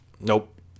Nope